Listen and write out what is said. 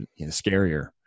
scarier